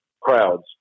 crowds